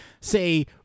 say